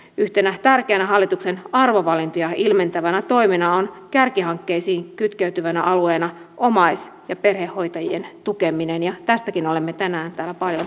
yhtenä tärkeänä hallituksen arvovalintoja ilmentävänä toimena on kärkihankkeisiin kytkeytyvänä alueena omais ja perhehoitajien tukeminen ja tästäkin olemme tänään täällä paljon puhuneet